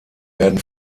werden